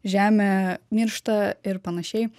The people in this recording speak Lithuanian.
žemė miršta ir panašiai